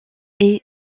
est